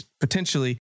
potentially